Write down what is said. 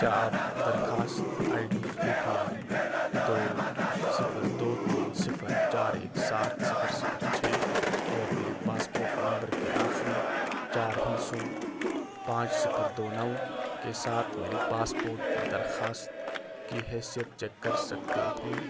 کیا آپ درخواست I D A P L دو صفر دو تین صفر چار ایک سات صفر صفر چھ اور میرے پاسپورٹ نمبر کے آخری چار ہندسوں پانچ صفر دو نو کے ساتھ میری پاسپورٹ کی درخواست کی حیثیت چیک کر سکتے ہیں